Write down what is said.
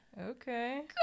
Okay